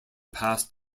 past